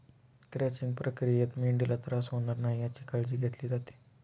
crunching प्रक्रियेत मेंढीला त्रास होणार नाही याची काळजी घेतली जाते